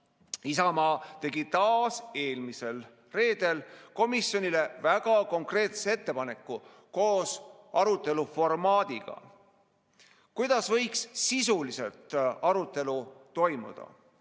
Isamaa tegi taas eelmisel reedel komisjonile väga konkreetse ettepaneku koos arutelu formaadiga, kuidas võiks sisuliselt arutelu toimuda.